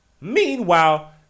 Meanwhile